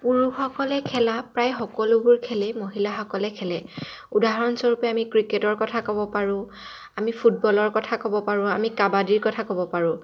পুৰুষসকলে খেলা প্ৰায় সকলোবোৰ খেলেই মহিলাসকলে খেলে উদাহৰণস্বৰূপে আমি ক্ৰিকেটৰ কথা ক'ব পাৰোঁ আমি ফুটবলৰ কথা ক'ব পাৰোঁ আমি কাবাডীৰ কথা ক'ব পাৰোঁ